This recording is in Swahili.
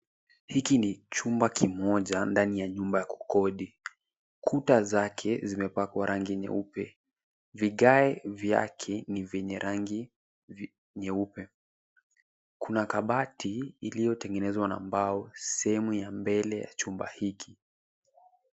Hiki ni chumba kimoja ndani ya nyumba ya kukodi. Kuta zake zimepakwa rangi nyeupe. Vigae vyake ni vyenye rangi nyeupe. Kuna kabati iliyotengenezwa na mbao sehemu ya mbele ya chumba hiki.